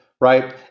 Right